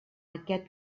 aquest